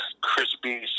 crispy